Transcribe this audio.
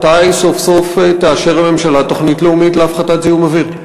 מתי סוף-סוף תאשר הממשלה תוכנית לאומית להפחתת זיהום אוויר?